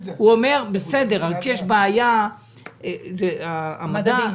אומר: בסדר, רק יש בעיה עם המדדים.